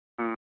ᱦᱩᱸ